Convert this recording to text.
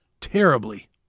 Terribly